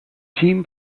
team